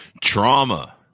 Trauma